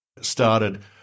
started